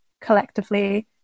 collectively